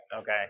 Okay